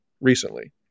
recently